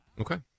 Okay